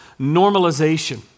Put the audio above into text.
normalization